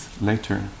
later